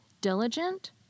diligent